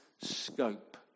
scope